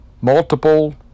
multiple